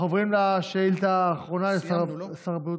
אנחנו עוברים לשאילתה האחרונה לשר הבריאות.